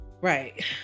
right